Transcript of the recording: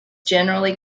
generally